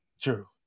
true